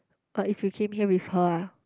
but if you came here with her ah